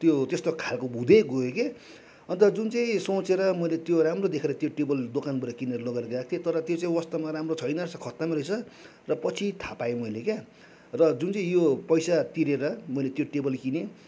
त्यो त्यस्तो खालको हुँदैगयो के अन्त जुन चाहिँ सोचेर मैले त्यो राम्रो देखेर त्यो टेबल दोकानबाट किनेर लगेर गएको थिएँ तर त्यो चाहिँ वास्तवमा राम्रो छैन रहेछ खत्तमै रहेछ र पछि थाहा पाएँ मैले के र जुन चाहिँ यो पैसा तिरेर मैले त्यो टेबल किनेँ